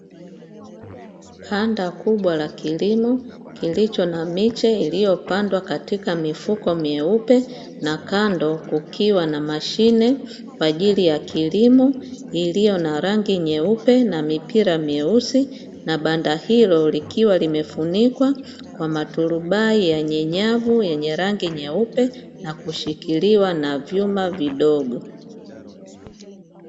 Banda kubwa la kilimo, kilicho na miche iliyopandwa katika mifuko meupe na kando kukiwa na mashine kwa ajili ya kilimo iliyo na rangi nyeupe na mipira meusi, na banda hilo likiwa limefunikwa kwa maturubai yenye nyavu yenye rangi nyeupe na kushikiliwa na vyuma vidogo.